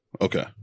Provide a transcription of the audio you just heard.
Okay